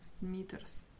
meters